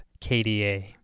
KDA